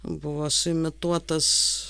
buvo suimituotas